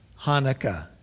Hanukkah